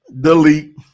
delete